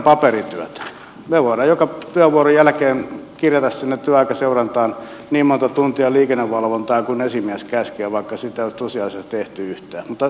me voimme joka työvuoron jälkeen kirjata sinne työaikaseurantaan niin monta tuntia liikennevalvontaa kuin esimies käskee vaikka sitä ei olisi tosiasiassa tehty yhtään tilastoissa se näyttää hyvältä